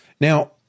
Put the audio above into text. Now